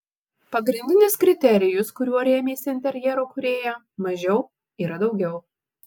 pagrindinis kriterijus kuriuo rėmėsi interjero kūrėja mažiau yra daugiau